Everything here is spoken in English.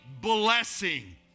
blessing